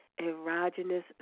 erogenous